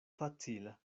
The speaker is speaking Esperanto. facila